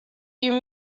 you